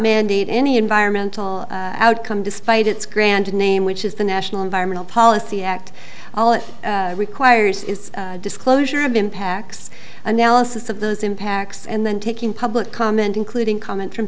mandate any environmental outcome despite its grand name which is the national environmental policy act all it requires is disclosure of impacts analysis of those impacts and then taking public comment including comments from